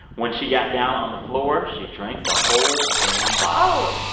when she got down on the floor, she drank the whole damn bottle. oh,